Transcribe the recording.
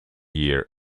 year